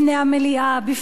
בפני הציבור,